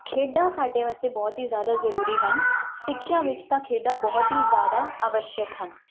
ਖੇਡਾਂ ਸਾਡੇ ਵਾਸਤੇ ਬਹੁਤ ਹੀ ਜ਼ਿਆਦਾ ਜ਼ਰੂਰੀ ਹਨ ਸਿੱਖਿਆ ਵਿੱਚ ਤਾਂ ਖੇਡਾਂ ਬਹੁਤ ਹੀ ਜ਼ਿਆਦਾ ਆਵਸ਼ਕ ਹਨ